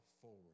forward